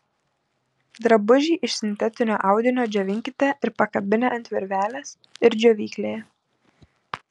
drabužį iš sintetinio audinio džiovinkite ir pakabinę ant virvelės ir džiovyklėje